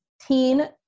teen